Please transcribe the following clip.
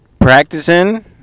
practicing